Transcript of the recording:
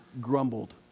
grumbled